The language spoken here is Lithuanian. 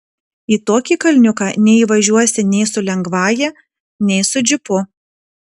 į tokį kalniuką neįvažiuosi nei su lengvąja nei su džipu